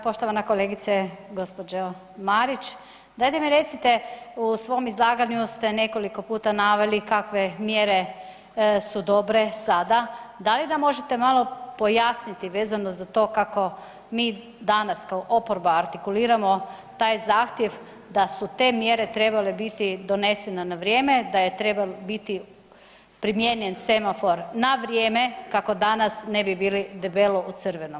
Poštovana kolegice gospođo Marić, dajte mi recite u svom izlaganju ste nekoliko puta naveli kakve mjere su dobre sada, da li nam možete malo pojasniti vezano za to kako mi danas kao oporba artikuliramo taj zahtjev da su te mjere trebale biti donesene na vrijeme, da je trebao biti primijenjen semafor na vrijeme kako danas ne bi bili debelo u crvenom.